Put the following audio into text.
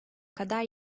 kadar